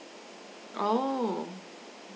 oh